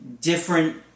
different